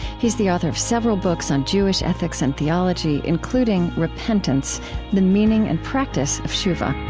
he is the author of several books on jewish ethics and theology, including repentance the meaning and practice of teshuvah